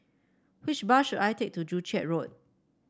which bus should I take to Joo Chiat Road